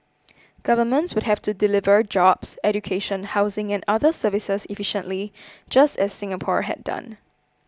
governments would have to deliver jobs education housing and other services efficiently just as Singapore had done